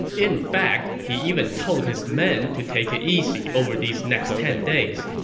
in fact, he even told his men to take it easy over these next ten days,